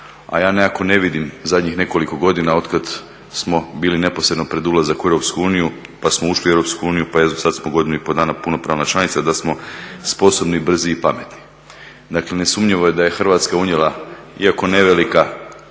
A ja nekako ne vidim zadnjih nekoliko godina otkad smo bili neposredno pred ulazak u Europsku uniju, pa smo ušli u Europsku uniju pa evo sada smo godinu i pol dana punopravna članica da smo sposobni, brzi i pametni. Dakle nesumnjivo je da je Hrvatska unijela iako nevelika